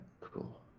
cool